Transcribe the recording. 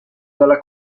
dalla